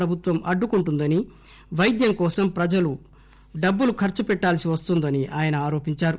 ప్రభుత్వం అడ్డుకుంటుందని వైద్యంకోసం ప్రజలు డబ్బులు ఖర్చు పెట్టాల్సి వస్తోందని ఆయన ఆరోపించారు